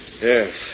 Yes